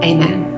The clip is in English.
Amen